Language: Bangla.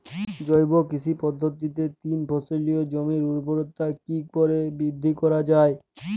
জৈব কৃষি পদ্ধতিতে তিন ফসলী জমির ঊর্বরতা কি করে বৃদ্ধি করা য়ায়?